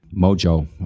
mojo